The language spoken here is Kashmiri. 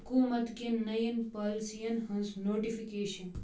حکومت کٮ۪ن نَیَن پالسی ین ہٕنٛز نوٹِفکیشن